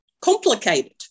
complicated